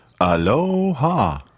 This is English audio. Aloha